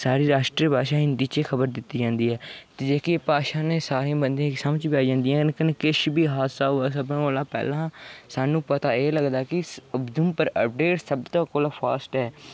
साढ़ी राश्ट्री भाशा हिंदी च खबर दित्ती जंदी ऐ ते जेह्की भाशा न एह् सारी बंदे गी समझ बी आई जंदियां न कन्नै किश बी हादसा होऐ सभनें कोला पैह्लें साह्नूं पता एह् लगदा कि उधमपुर अपडेट सभनें थमां फास्ट ऐ